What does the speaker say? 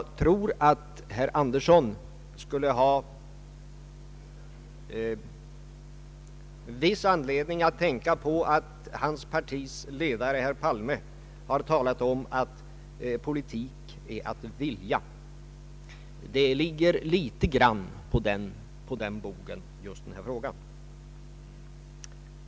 Herr Birger Andersson borde ha viss anledning att tänka på att hans partis ledare, herr Palme, har sagt: ”Politik är att vilja”. Den här frågan ligger litet grand på den bogen.